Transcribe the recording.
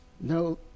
No